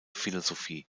philosophie